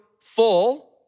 full